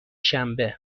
شنبه